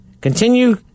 continue